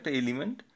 element